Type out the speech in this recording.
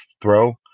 throw